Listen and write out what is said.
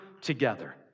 together